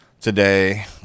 today